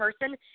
person